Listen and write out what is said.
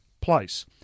place